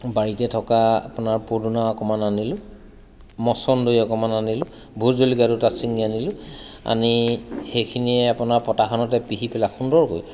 বাৰীতে থকা আপোনাৰ পদুনা অকণমান আনিলোঁ মছন্দৰী অকণমান আনিলোঁ ভোট জলকীয়া দুটা চিঙি আনিলোঁ আনি সেইখিনিৰে আপোনাৰ পটাখনতে পিহি পেলাই সুন্দৰকৈ